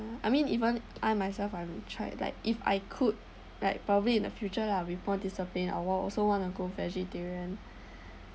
I mean even I myself I've tried like if I could like probably in the future lah with more discipline I'll also want to go vegetarian